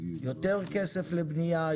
יותר כסף לבנייה,